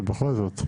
כי בכל זאת,